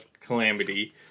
Calamity